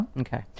Okay